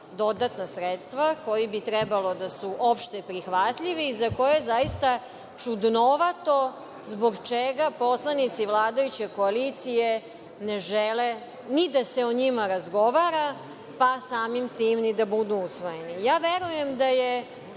dodatna sredstva koji bi trebalo da su opšte prihvatljivi i za koje je zaista čudnovato zbog čega poslanici vladajuće koalicije ne žele ni da se o njima razgovara, pa samim tim ni da budu usvojeni. Ja verujem da je